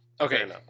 Okay